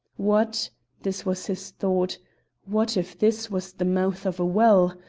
what this was his thought what if this was the mouth of a well?